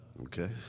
Okay